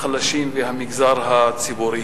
החלשים והמגזר הציבורי.